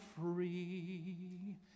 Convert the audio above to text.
free